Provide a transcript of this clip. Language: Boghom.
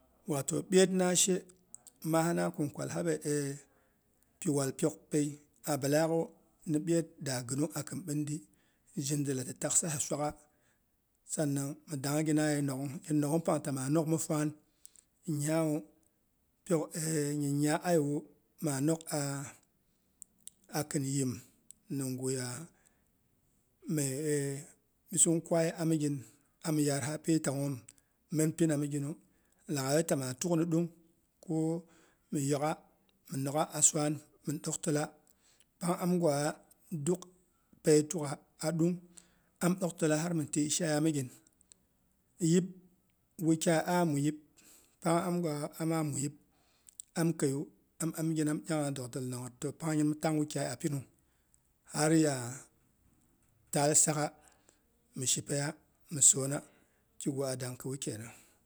Wato ɓyeetnashe maana kin kwal habe pi wal pyok pei, abi laak ghu, nibyeet daa gɨnung akin ɓindi zhir ndila ti taksa hi swaggha. Sanang mi dangina ye nok'gh. Ye nok'gh pang ta maa nok mi fwaan, nyawu pyok nyinya ayewu maa nok akin yim nimghya me eh bisung kwai amigɨn ami yaarha pi tangnhoom min pina miginu. Laghaiyu ta maa tukni. Dung ko miyokgha mɨ nogha a swaan min doktilla. Pang am gwaa dukpei tukgha a ɗung am doktila har mɨ tyi sha ya misin. Yip wukyai ah muyip pang am gwa ama mhyip am khiyu am anyin am dyaangha dogdol, toh pang nyin mɨ tangwukyai ahpinung har ya taal sak'gha mishi peiya mɨ soona, kigu kenana